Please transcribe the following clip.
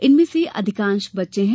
इनमें से अधिकांश बच्चे हैं